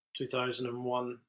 2001